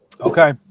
Okay